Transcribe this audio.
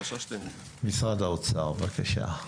משרד האוצר, בבקשה.